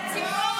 ההצעה להעביר